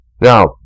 Now